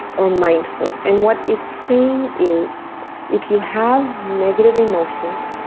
or mindful, and what it's saying is if you have negative emotions,